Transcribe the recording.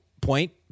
point